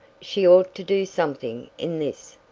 she ought to do something in this,